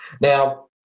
Now